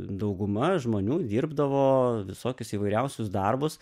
dauguma žmonių dirbdavo visokius įvairiausius darbus